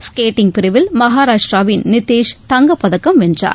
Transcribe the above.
skating பிரிவில் மகாராஷ்டிராவின் நித்தேஷ் தங்கப் பதக்கம் வென்றார்